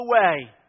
away